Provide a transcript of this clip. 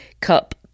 Cup